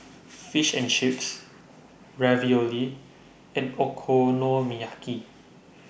Fish and Chips Ravioli and Okonomiyaki